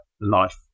life